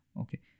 Okay